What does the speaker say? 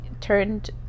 turned